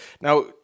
Now